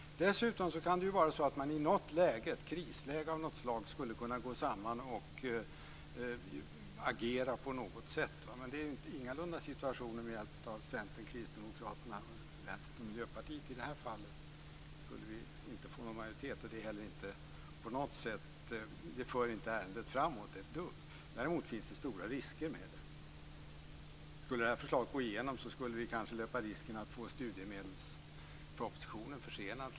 Dessutom skulle man i något läge - ett krisläge av något slag - kunna gå samman och agera på något sätt, men det är ingalunda situationen i det här fallet. Med hjälp av Centern, Kristdemokraterna, Vänstern och Miljöpartiet skulle vi inte få någon majoritet, och det skulle inte föra ärendet framåt ett dugg. Däremot finns det stora risker med det. Skulle det här förslaget gå igenom skulle vi kanske löpa risken att t.ex. få studiemedelspropositionen försenad.